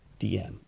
DM